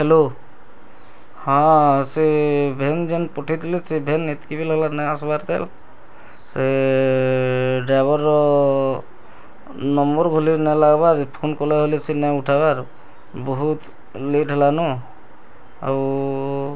hello ହଁ ସେ van ଯେନ୍ ପଠେଇଥିଲ ସେ ଭେନ୍ ଏତ୍କି ବେଲେ ହେଲା ନାଇଁ ଆସିବାର୍ ତା ସେ ଡ୍ରାଇଭର୍ ନମ୍ବର୍ ବୋଲି ନାଇଁ ଲାଗ୍ବା ଯେତେ ଫୋନ୍ କଲେ ବୋଲି ସେ ନାଇଁ ଉଠାବାର୍ ବହୁତ୍ ଲେଟ୍ ହେଲାନ ଆଉ